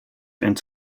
and